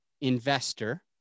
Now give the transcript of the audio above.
investor